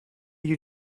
you